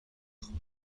خونه